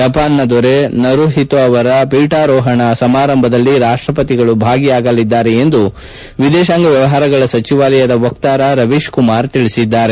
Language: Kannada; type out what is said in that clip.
ಜಪಾನ್ನ ದೊರೆ ನರುಹಿತೋ ಅವರ ಪೀಠಾರೋಹಣ ಸಮಾರಂಭದಲ್ಲಿ ರಾಷ್ಟಪತಿಗಳು ಭಾಗಿಯಾಗಲಿದ್ದಾರೆ ಎಂದು ವಿದೇಶಾಂಗ ವ್ಯವಹಾರಗಳ ಸಚಿವಾಲಯದ ವಕ್ತಾರ ರವೀಶ್ ಕುಮಾರ್ ಹೇಳಿದ್ದಾರೆ